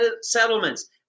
settlements